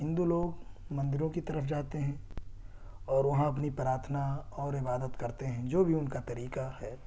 ہندو لوگ مندروں کی طرف جاتے ہیں اور وہاں اپنی پرارتھنا اور عبادت کرتے ہیں جو بھی ان کا طریقہ ہے